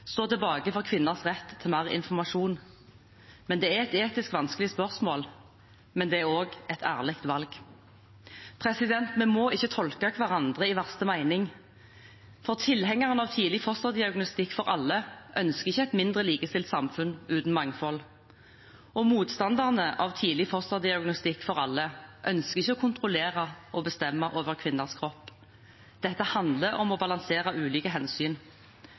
stå tilbake for kvinners rett til mer informasjon. Det er et etisk vanskelig spørsmål, men det er også et ærlig valg. Vi må ikke tolke hverandre i verste mening. Tilhengerne av tidlig fosterdiagnostikk for alle ønsker ikke et mindre likestilt samfunn uten mangfold, og motstanderne av tidlig fosterdiagnostikk for alle ønsker ikke å kontrollere og bestemme over kvinners kropp. Dette handler om å balansere ulike hensyn